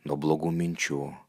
nuo blogų minčių